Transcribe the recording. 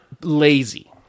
lazy